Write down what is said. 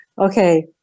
Okay